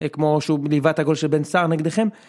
כמו שהוא ליווה את הגול של בן סער נגדכם.